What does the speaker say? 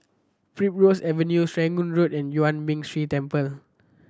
Primrose Avenue Serangoon Road and Yuan Ming Si Temple